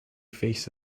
face